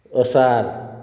असार